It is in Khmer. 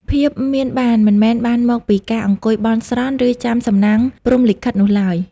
ភាពមានបានមិនមែនបានមកពីការអង្គុយបន់ស្រន់ ឬចាំសំណាងព្រហ្មលិខិតនោះឡើយ។